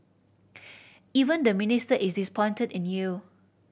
even the Minister is disappointed in you